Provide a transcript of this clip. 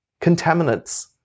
contaminants